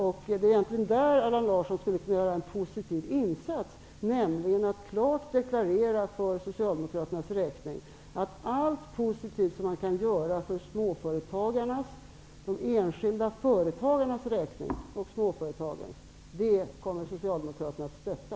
Det är egentligen där som Allan Larsson skulle kunna göra en positiv insats, nämligen genom att för Socialdemokraternas räkning klart deklarera allt positivt som kan göras för småföretagarnas och de enskilda företagarnas räkning. Detta kommer Socialdemokraterna att stötta.